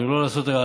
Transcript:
וגם לא לעשות הפרדות